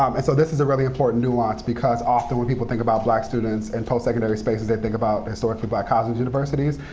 um and so this is a really important nuance because often when people think about black students in and post-secondary spaces, they think about historically black college and universities.